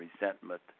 resentment